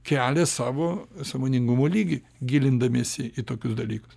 kelia savo sąmoningumo lygį gilindamiesi į tokius dalykus